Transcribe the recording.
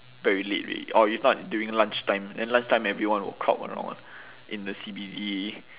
very late alrea~ orh you thought during lunch time then lunch time everyone will crowd around [one] in the C_B_D